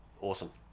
Awesome